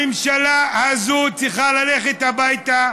הממשלה הזו צריכה ללכת הביתה.